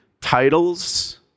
titles